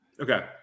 Okay